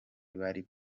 bari